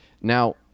Now